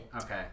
Okay